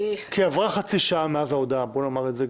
כי עברה חצי שעה מאז ההודעה, בואו נאמר גם את זה.